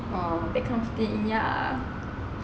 oh